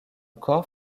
corps